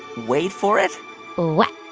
wait for it what?